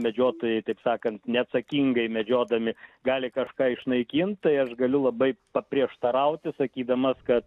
medžiotojai taip sakant neatsakingai medžiodami gali kažką išnaikint tai aš galiu labai paprieštarauti sakydamas kad